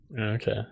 Okay